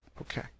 Okay